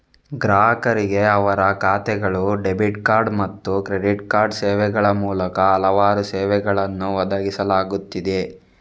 ಗ್ರಾಹಕರಿಗೆ ಅವರ ಖಾತೆಗಳು, ಡೆಬಿಟ್ ಕಾರ್ಡ್ ಮತ್ತು ಕ್ರೆಡಿಟ್ ಕಾರ್ಡ್ ಸೇವೆಗಳ ಮೂಲಕ ಹಲವಾರು ಸೇವೆಗಳನ್ನು ಒದಗಿಸಲಾಗುತ್ತಿದೆ